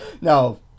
No